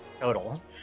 total